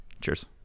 Cheers